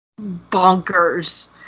bonkers